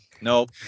Nope